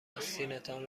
آستینتان